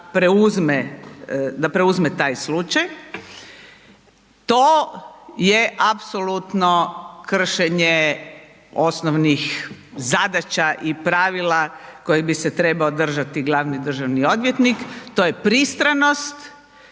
preuzme taj slučaj, to je apsolutno kršenje osnovnih zadaća i pravila koje bi se trebao držati glavni državni odvjetnik. To je pristranost